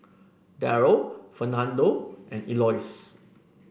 Darrel Fernando and Elois